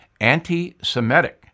anti-Semitic